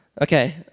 Okay